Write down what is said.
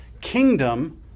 kingdom